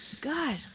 God